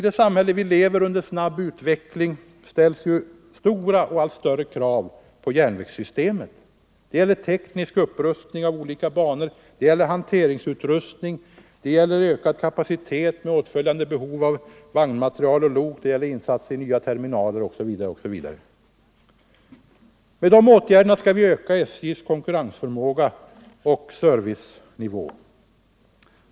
Det samhälle som vi lever i befinner sig ju i snabb utveckling, och därför ställs det allt större krav på järnvägssystemet. Detta gäller teknisk upprustning av olika banor, hanteringsutrustning, ökad kapacitet med åtföljande behov av vagnmateriel och lok, insatser i nya terminaler osv. Med sådana åtgärder skall vi öka SJ:s konkurrensförmåga och höja servicenivån.